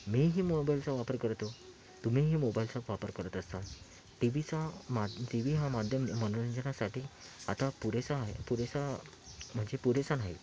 मी ही मोबाईलचा वापर करतो तुम्हीही मोबाईलचा वापर करत असाल टी वीचा टी वी हा माध्यम मनोरंजनासाठी आता पुरेसा आहे पुरेसा म्हणजे पुरेसा नाही